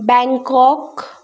Bangkok